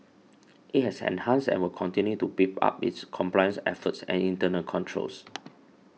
it has enhanced and will continue to beef up its compliance efforts and internal controls